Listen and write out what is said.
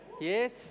Yes